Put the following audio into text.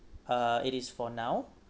uh it is for now